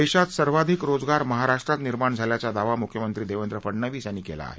देशात सर्वाधिक रोज ार महाराष्ट्रात निर्माण झाल्याचा दावा मुख्यमंत्री देवेंद्र फडनवीस यांनी केला आहे